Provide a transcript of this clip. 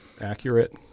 accurate